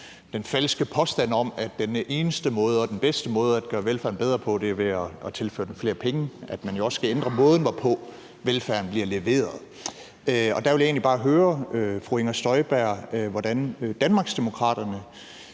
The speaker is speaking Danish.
den falske påstand om, at den eneste måde og den bedste måde til at gøre velfærden bedre er ved at tilføre den flere penge, og at man jo også skal ændre måden, hvorpå velfærden blive leveret. Der vil jeg egentlig bare høre fru Inger Støjberg, hvordan Danmarksdemokraterne